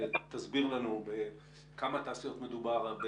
תסביר לנו בכמה תעשיות מדובר,